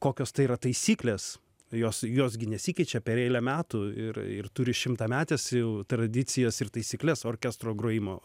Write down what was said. kokios tai yra taisyklės jos jos gi nesikeičia per eilę metų ir ir turi šimtametes jau tradicijas ir taisykles orkestro grojimo